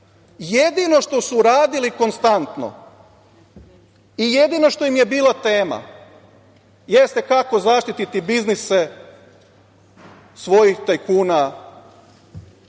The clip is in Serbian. Jedino što su uradili konstantno i jedina što im je bila tema jeste kako zaštititi biznise svojih tajkuna